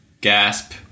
gasp